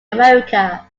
america